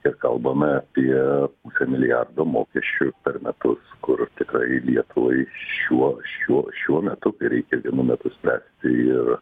ir kalbame apie pusę milijardo mokesčių per metus kur tikrai lietuvai šiuo šiuo šiuo metu kai reikia vienu metu spręst ir